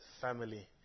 family